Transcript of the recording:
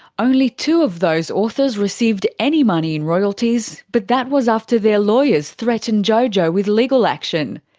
only two of those authors received any money in royalties, but that was after their lawyers threatened jojo with legal action.